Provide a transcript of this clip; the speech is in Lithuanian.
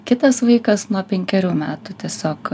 kitas vaikas nuo penkerių metų tiesiog